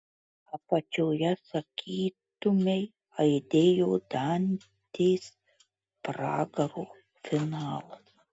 apačioje sakytumei aidėjo dantės pragaro finalas